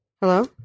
Hello